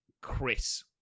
Chris